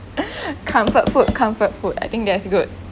comfort food comfort food I think that's good